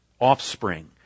offspring